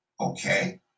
Okay